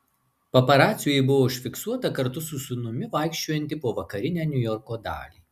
paparacių ji buvo užfiksuota kartu su sūnumi vaikščiojanti po vakarinę niujorko dalį